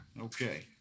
Okay